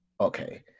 Okay